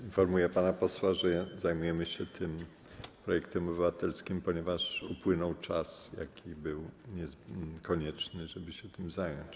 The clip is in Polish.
Informuję pana posła, że zajmujemy się tym projektem obywatelskim, ponieważ upłynął czas, jaki był przewidziany, żeby tym się zająć.